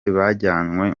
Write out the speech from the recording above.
bajanywe